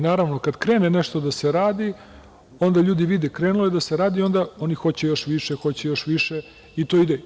Naravno, kada krene nešto da se radi, onda ljudi vide krenulo je da se radi, onda oni hoće još više i to ide.